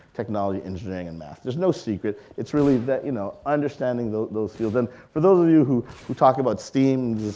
technology, engineering, and math. there's no secret. it's really you know understanding those those fields. and for those of you who who talk about steam,